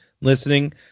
listening